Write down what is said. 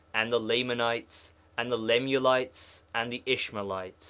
and the lamanites and the lemuelites and the ishmaelites